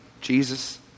Jesus